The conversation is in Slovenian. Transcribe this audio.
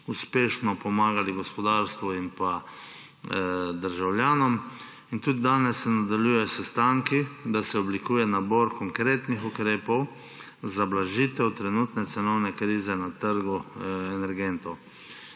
uspešno pomagali gospodarstvu in državljanom. In tudi danes se nadaljujejo sestanki, da se oblikuje nabor konkretnih ukrepov za blažitev trenutne cenovne krize na trgu energentov.